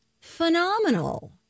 phenomenal